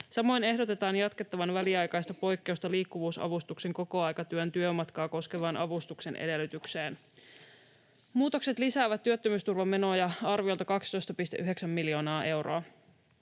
Samoin ehdotetaan jatkettavan väliaikaista poikkeusta liikkuvuus-avustuksen kokoaikatyön työmatkaa koskevaan avustuksen edellytykseen. Muutokset lisäävät työttömyysturvamenoja arviolta 12,9 miljoonaa euroa.